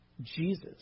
Jesus